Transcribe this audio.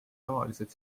tavaliselt